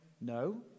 no